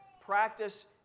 Practice